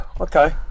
Okay